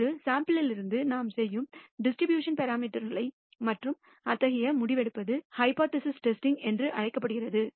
ஒரு சாம்பிள் லிருந்து நாம் செய்யும் டிஸ்ட்ரிபியூஷன் பராமீட்டர்கள் மற்றும் அத்தகைய முடிவெடுப்பது ஹைபோதேசிஸ் டெஸ்டிங் என்று அழைக்கப்படுகிறது